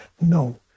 No